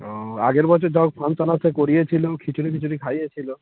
ও আগের বছর তাও ফাংশান একটা করিয়েছিলো খিচুড়ি ফিচুড়ি খাইয়েছিলো